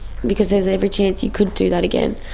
because there is every chance you could do that again.